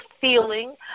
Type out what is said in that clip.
feeling